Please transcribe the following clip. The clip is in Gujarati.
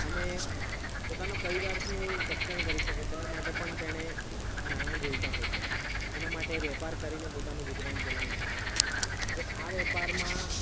અને પોતાના પરિવાર્સનું રક્ષણ કરી શકે તેના માટે પણ તેણે નાણાં જોઈતા હોય છે એના માટે એ વેપાર કરીને પોતાનું ગુજરાન ચલાવી શકે હવે આ વેપારમાં